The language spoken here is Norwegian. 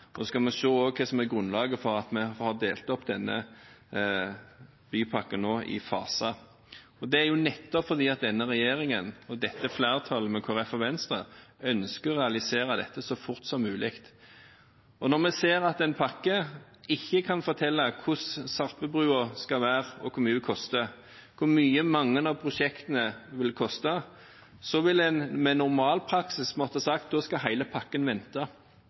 og vi skal også se hva som er grunnlaget for at vi nå har delt opp denne bypakken i faser. Det er nettopp fordi denne regjeringen, og dette flertallet med Kristelig Folkeparti og Venstre, ønsker å realisere dette så fort som mulig. Når vi ser at en bypakke ikke kan fortelle hvordan Sarpebrua skal være, hvor mye den koster, og hvor mye mange av prosjektene vil koste, ville man med normalpraksis måttet si at da skal hele pakken vente.